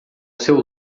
seu